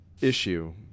issue